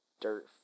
dirt